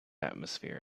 atmosphere